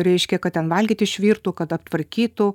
reiškia kad ten valgyt išvirtų kad aptvarkytų